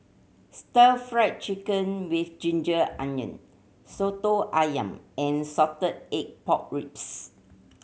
Stir Fried Chicken with ginger onion Soto Ayam and salted egg pork ribs